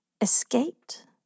Escaped